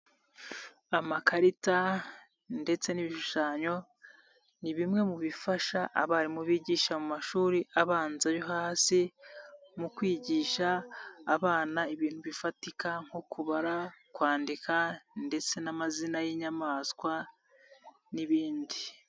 Amakarita ndetse n'ibishushanyo, ni bimwe mu bifasha abarimu bigisha mu mashuri abanza yo hasi. Mu kwigisha abana ibintu bifatika nko: kubara, kwandika ndetse n'amazina y'inyamaswa n'ibindi.